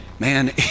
Man